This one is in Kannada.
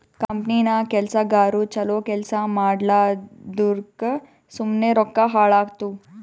ಕಂಪನಿನಾಗ್ ಕೆಲ್ಸಗಾರು ಛಲೋ ಕೆಲ್ಸಾ ಮಾಡ್ಲಾರ್ದುಕ್ ಸುಮ್ಮೆ ರೊಕ್ಕಾ ಹಾಳಾತ್ತುವ್